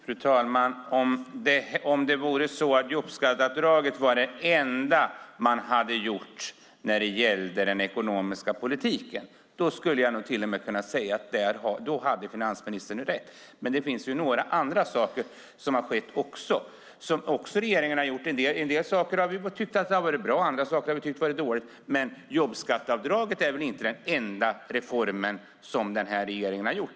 Fru talman! Om det vore så att jobbskatteavdraget var det enda regeringen hade gjort när det gällde den ekonomiska politiken skulle jag till och med kunna säga att finansministern hade rätt. Men det finns ju några andra saker som regeringen har gjort också. En del saker har vi tyckt har varit bra, andra saker har vi tyckt har varit dåliga. Men jobbskatteavdraget är väl inte den enda reform som den här regeringen har gjort.